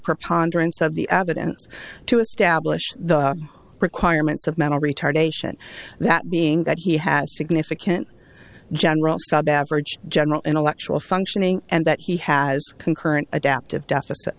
preponderance of the abbot and to establish the requirements of mental retardation that being that he has significant general saab average general intellectual functioning and that he has concurrent adaptive deficit